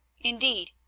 Indeed